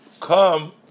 come